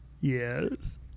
Yes